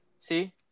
See